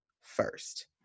first